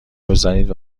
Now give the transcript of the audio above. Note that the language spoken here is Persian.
بزنید